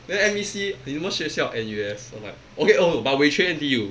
then M E C 你什么学校 N_U_S I was like okay oh but wei quan N_T_U